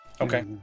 Okay